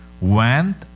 went